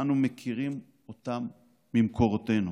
אנו מכירים אותם ממקורותינו,